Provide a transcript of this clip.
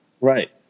right